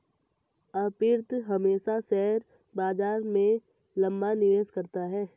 अर्पित हमेशा शेयर बाजार में लंबा निवेश करता है